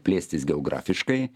plėstis geografiškai